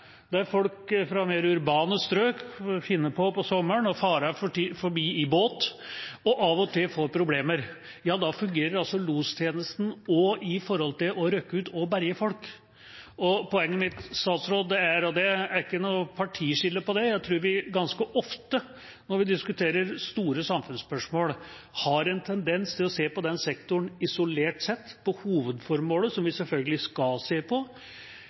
der folk fra mer urbane strøk kan finne på å fare forbi i båt om sommeren, og som av og til får problemer. Da fungerer lostjenesten også når det kommer til å rykke ut og berge folk. Poenget mitt, statsråd, er – og det er ikke er noe partiskille på dette – at vi ganske ofte, når vi diskuterer store samfunnsspørsmål, har en tendens til å se på den sektoren isolert sett, på hovedformålet, som vi selvfølgelig skal se på,